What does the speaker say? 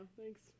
thanks